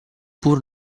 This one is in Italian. pur